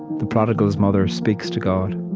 the prodigal's mother speaks to god.